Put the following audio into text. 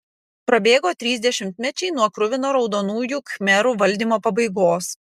prabėgo trys dešimtmečiai nuo kruvino raudonųjų khmerų valdymo pabaigos